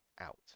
out